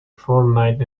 fortnight